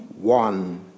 one